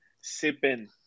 sipping